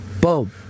Boom